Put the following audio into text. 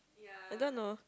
I don't know